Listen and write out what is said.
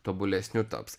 tobulesniu taps